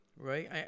Right